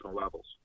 levels